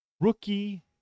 Rookie